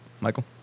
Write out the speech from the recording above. Michael